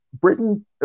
Britain